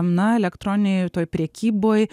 na elektroninėje toj prekyboj